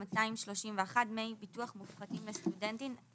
231) (דמי ביטוח מופחתים לסטודנטים),